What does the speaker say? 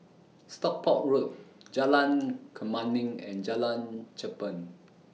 Stockport Road Jalan Kemuning and Jalan Cherpen